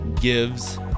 Gives